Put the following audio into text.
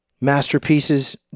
masterpieces